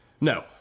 no